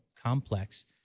complex